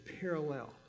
parallel